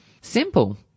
Simple